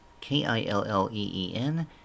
K-I-L-L-E-E-N